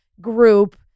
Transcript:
group